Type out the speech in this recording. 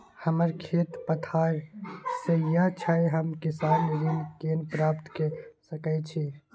हमर खेत पथार सझिया छै हम किसान ऋण केना प्राप्त के सकै छी?